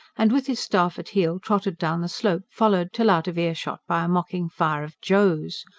and with his staff at heel trotted down the slope, followed till out of earshot by a mocking fire of joes.